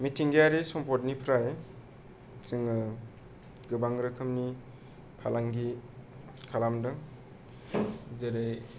मिथिंगायारि सम्पदनिफ्राय जोङो गोबां रोखोमनि फालांगि खालामदों जेरै